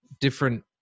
different